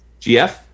GF